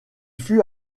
fut